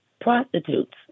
prostitutes